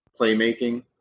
playmaking